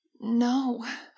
No